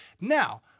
Now